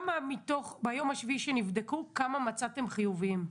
ביום השביעי שנבדקו, כמה מצאתם חיוביים?